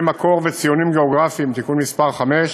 מקור וציונים גיאוגרפיים (תיקון מס' 5),